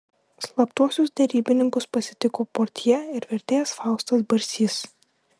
slaptuosius derybininkus pasitiko portjė ir vertėjas faustas barsys